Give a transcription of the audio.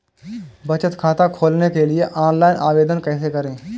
बचत खाता खोलने के लिए ऑनलाइन आवेदन कैसे करें?